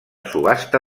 subhasta